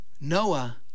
Noah